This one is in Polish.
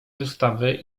wystawy